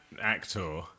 actor